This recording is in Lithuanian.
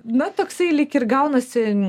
na toksai lyg ir gaunasi